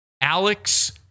Alex